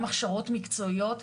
גם הכשרות מקצועיות,